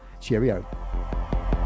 cheerio